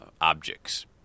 objects